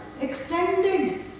extended